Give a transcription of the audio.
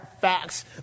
facts